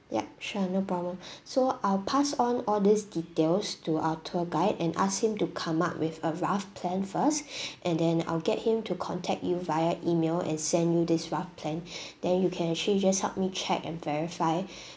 ya sure no problem so I'll pass on all these details to our tour guide and ask him to come up with a rough plan first and then I'll get him to contact you via email and send you this rough plan then you can actually just help me check and verify